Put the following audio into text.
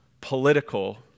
Political